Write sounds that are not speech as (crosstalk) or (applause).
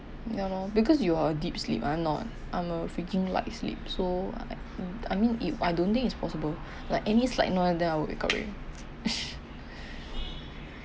ya lor because you are a deep sleep I'm not I'm a freaking light sleep so I I mean if I don't think is possible like any slight noise and then I would wake up already (breath)